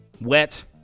wet